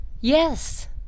yes